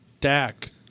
Dak